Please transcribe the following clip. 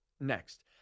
next